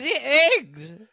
eggs